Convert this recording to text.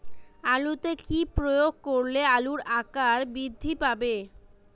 আলুতে কি প্রয়োগ করলে আলুর আকার বৃদ্ধি পাবে?